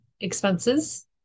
expenses